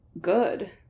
good